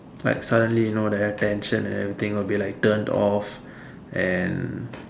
like suddenly you know the attention and everything will be like turned off and